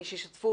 מי שהשתתפו,